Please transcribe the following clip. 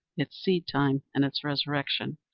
its seedtime, and its resurrection.